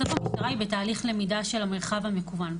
בסוף המטרה היא בתהליך למידה של המרחב המקוון.